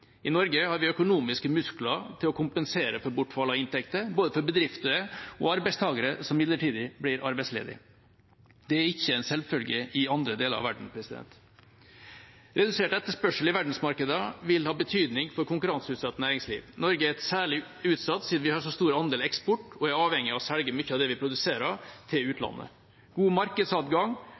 I Norge har vi økonomiske muskler til å kompensere for bortfall av inntekter både for bedrifter og for arbeidstakere som midlertidig blir arbeidsledige. Det er ikke en selvfølge i andre deler av verden. Redusert etterspørsel i verdensmarkedene vil ha betydning for konkurranseutsatt næringsliv. Norge er særlig utsatt siden vi har så stor andel eksport og er avhengige av å selge mye av det vi produserer, til utlandet. God markedsadgang